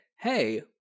hey